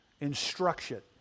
instruction